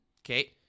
Okay